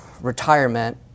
retirement